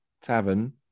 Tavern